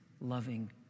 loving